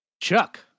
Chuck